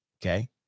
okay